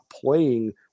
playing –